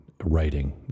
writing